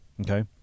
Okay